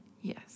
Yes